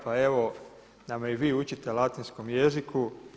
Pa evo da me i vi učite latinskom jeziku.